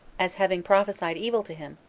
as having prophesied evil to him,